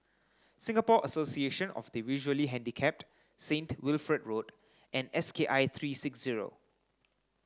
Singapore Association of the Visually Handicapped Saint Wilfred Road and S K I three six zero